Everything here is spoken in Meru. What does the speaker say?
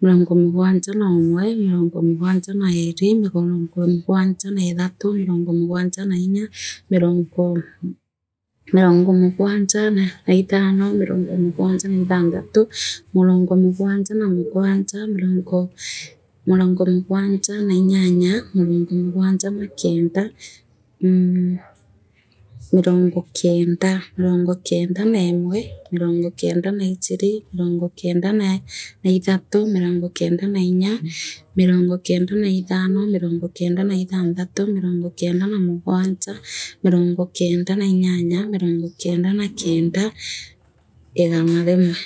mirongo mligwanja netawa mirongo mligwanja iiri mirongo mugwarja heethatli mirongo mugwanja na inya mirongo mligwarja mirongo mugwanja na ithano mirogo mugwarifa naaithanthatu mirongo mugwanja raa muligwanja mlirongo mungwaja na inyanya muronga mligwanja na kenda mmh mirongo kenda mirongo kenda neemwa mlirongo kenda naithathi mlironga kenda neemwe mlirongo kenda naijiri muronga kenda naithatu murongo kenda nairya murungo kenda naithano mlironga kenda naithenthathi muronga kenda na mligwanja munangu kenda naa inyanya murungu kenda na kenda igana rimwe.